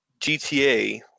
GTA